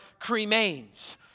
cremains